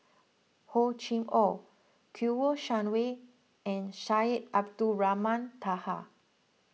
Hor Chim or Kouo Shang Wei and Syed Abdulrahman Taha